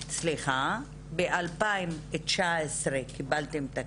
ב-2019 קיבלתם תקציב.